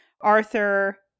Arthur